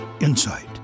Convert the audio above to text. insight